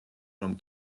რომ